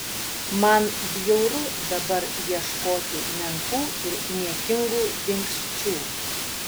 man bjauru dabar ieškoti menkų ir niekingų dingsčių